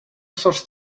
source